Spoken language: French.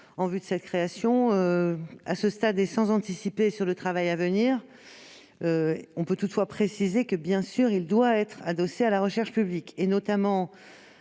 en vue de cette création. À ce stade, sans anticiper sur le travail à venir, on peut préciser qu'il doit être adossé à la recherche publique, notamment